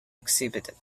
exhibited